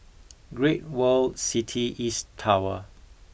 Great World City East Tower